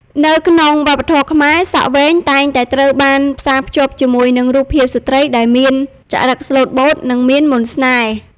នៅក្នុងវប្បធម៌ខ្មែរ សក់វែងតែងតែត្រូវបានផ្សារភ្ជាប់ជាមួយនឹងរូបភាពស្ត្រីដែលមាន ចរិតស្លូតបូត និងមានមន្តស្នេហ៍។